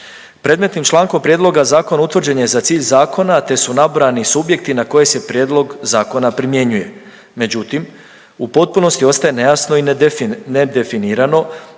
predmetnim člankom prijedloga zakona utvrđen je za cilj zakona te su nabrojani subjekti na koje se prijedlog zakona primjenjuje, međutim u potpunosti ostaje nejasno i nedefinirano